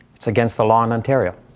it's against the law in ontario.